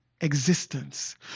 existence